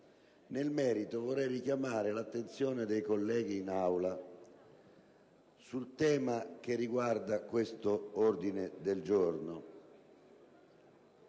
Nel merito, vorrei richiamare l'attenzione dei colleghi in Aula sul tema che riguarda questo ordine del giorno.